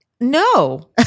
No